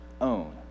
own